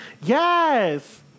Yes